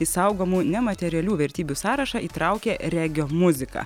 į saugomų nematerialių vertybių sąrašą įtraukė regio muziką